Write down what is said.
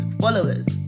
Followers